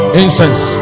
incense